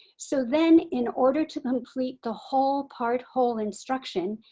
so then in order to complete the whole part whole instruction,